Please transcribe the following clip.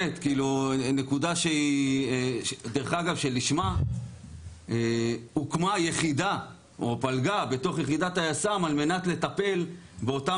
נקודה שלשמה הוקמה יחידה או פלגה בתוך יחידת היס"מ על מנת לטפל באותם